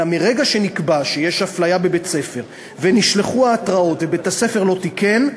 אלא מרגע שנקבע שיש הפליה בבית-ספר ונשלחו ההתראות ובית-הספר לא תיקן,